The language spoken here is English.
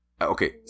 okay